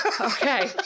okay